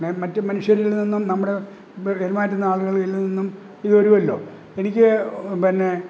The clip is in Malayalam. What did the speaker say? മറ്റു മനുഷ്യരിൽ നിന്നും നമ്മുടെ പെരുമാറ്റുന്ന ആളുകളിൽ നിന്നും ഇത് വരുമല്ലോ എനിക്ക് പിന്നെ